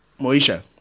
Moisha